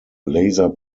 laser